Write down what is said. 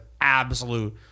absolute